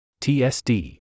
TSD